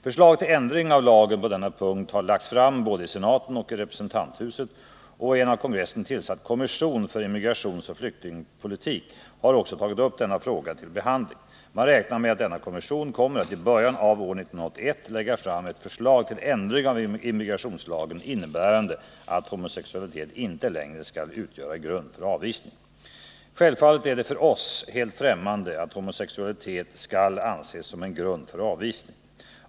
Förslag till ändring av lagen på denna punkt har lagts fram både i senaten och i representanthuset, och en av kongressen tillsatt kommission för immigrationsoch flyktingpolitik har också tagit upp denna fråga till behandling. Man räknar med att denna kommission kommer att i början av år 1981 lägga fram ett förslag till ändring av immigrationslagen innebärande att homosexualitet inte längre skall utgöra grund för avvisning. Självfallet är det för oss helt fftämmande att homosexualitet skall anses som en grund för avvisning.